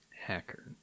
Hacker